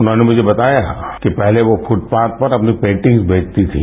उन्होंने मुझे बताया कि पहले वो फुटपाथ पर अपनी पेन्टिंग्स बेचती थी